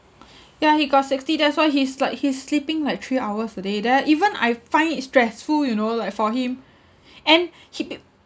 ya he got sixty that's why he's like he's sleeping like three hours a day that even I find it stressful you know like for him and he been